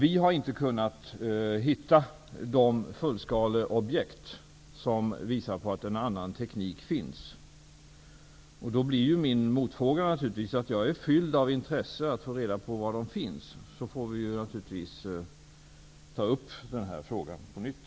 Vi har inte kunnat hitta de fullskadeobjekt som visar att en annan teknik finns. Jag är naturligtvis fylld av intresse att få reda på var dessa finns. Sedan får denna fråga tas upp på nytt.